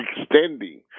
extending